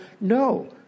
No